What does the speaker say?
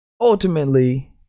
Ultimately